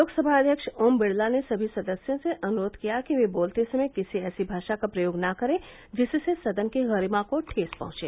लोकसभा अध्यक्ष ओम बिड़ला ने सभी सदस्यों से अनुरोध किया कि वे बोलते समय किसी ऐसी भाषा का प्रयोग न करें जिससे सदन की गरिमा को ठेस पहुंचे